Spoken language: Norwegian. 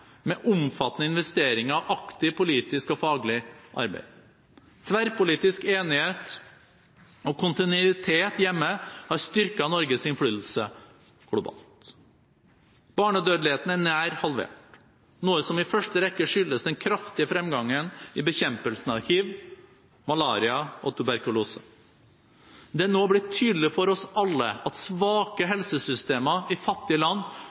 med omfattende investeringer og aktivt politisk og faglig arbeid. Tverrpolitisk enighet og kontinuitet hjemme har styrket Norges innflytelse globalt. Barnedødeligheten er nær halvert, noe som i første rekke skyldes den kraftige fremgangen i bekjempelsen av hiv, malaria, og tuberkulose. Men det er nå blitt tydelig for oss alle at svake helsesystemer i fattige land